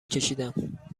کشیدم